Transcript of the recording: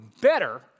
better